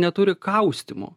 neturi kaustymo